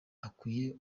akwiye